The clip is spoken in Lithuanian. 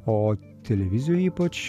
o televizijoj ypač